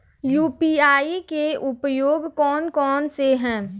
UPI के उपयोग कौन कौन से हैं?